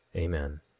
amen.